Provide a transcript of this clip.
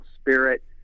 spirit